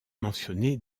mentionné